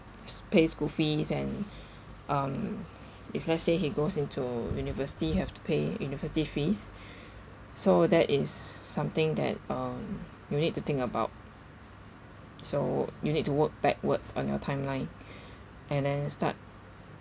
pays school fees and um if let's say he goes into university have to pay university fees so that is something that um you need to think about so you need to work backwards on your timeline and then start